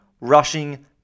rushing